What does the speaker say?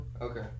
Okay